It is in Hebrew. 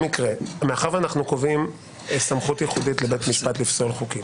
מאחר שאנו קובעים סמכות ייחודית לבית משפט לפסול חוקים